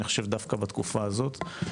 אני חושב דווקא בתקופה הזאת.